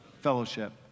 fellowship